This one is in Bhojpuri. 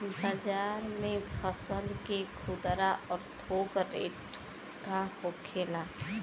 बाजार में फसल के खुदरा और थोक रेट का होखेला?